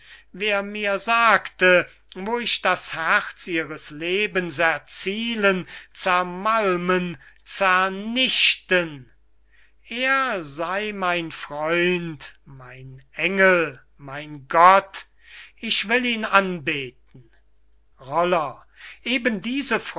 wer mir sagte wo ich das herz ihres lebens erzielen zermalmen zernichten er sey mein freund mein engel mein gott ich will ihn anbeten roller eben diese